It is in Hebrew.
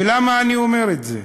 ולמה אני אומר את זה?